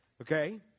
okay